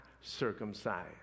circumcised